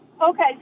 Okay